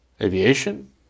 Aviation